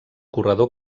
corredor